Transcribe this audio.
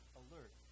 alert